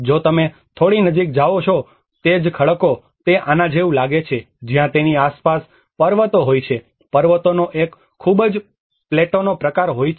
જો તમે થોડી નજીક જાઓ છો તે જ ખડકો તે આના જેવું લાગે છે જ્યાં તેની આસપાસ પર્વતો હોય છે પર્વતોનો એક ખૂબ જ પ્લેટોનો પ્રકાર હોઈ છે